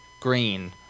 green